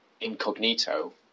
incognito